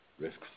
risks